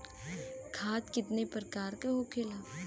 खाद कितने प्रकार के होखेला?